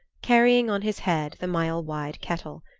carrying on his head the mile-wide kettle.